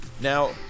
Now